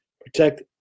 protect